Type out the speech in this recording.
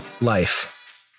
life